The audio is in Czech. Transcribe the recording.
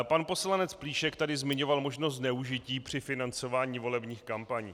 Pan poslanec Plíšek tady zmiňoval možnost zneužití při financování volebních kampaní.